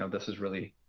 um this is really